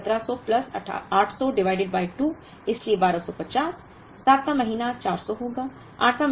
6 वें महीने 1700 plus 800 divided by 2 इसलिए 1250 7 वां महीना 400 होगा